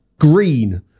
green